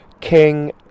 King